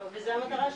וזה המטרה שלנו,